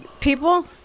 People